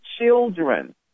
children